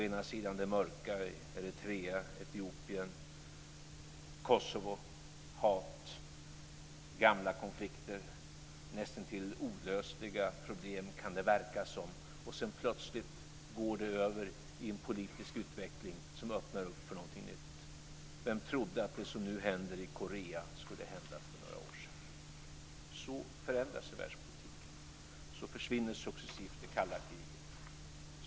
Å ena sidan har vi det mörka: Eritrea, Etiopien, Kosovo, hat, gamla konflikter - näst intill olösliga problem, kan det verka som. Sedan går det plötsligt över i en politisk utveckling som öppnar för någonting nytt. Vem trodde för några år sedan att det som nu händer i Korea skulle hända? Så förändrar sig världspolitiken. Så försvinner successivt det kalla kriget.